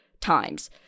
times